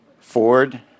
Ford